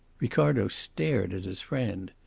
ricardo stared at his friend.